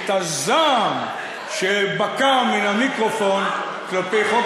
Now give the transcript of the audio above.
את הזעם שבקע מן המיקרופון כלפי חוק